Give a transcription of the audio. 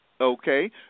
Okay